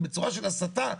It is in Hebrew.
בצורה של הסתה,